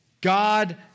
God